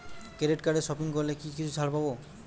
Credit কার্ডে shopping করলে কি কিছু ছাড় পাব?